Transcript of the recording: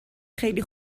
خیلی